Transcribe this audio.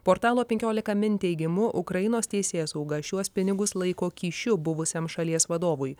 portalo penkiolika min teigimu ukrainos teisėsauga šiuos pinigus laiko kyšiu buvusiam šalies vadovui